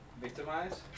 victimize